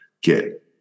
get